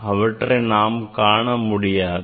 அவற்றை நாம் காண முடியாது